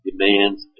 demands